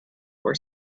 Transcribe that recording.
for